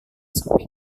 sempit